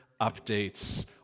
updates